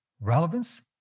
relevance